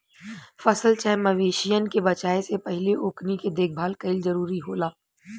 फसल चाहे मवेशियन के बेचाये से पहिले ओकनी के देखभाल कईल जरूरी होला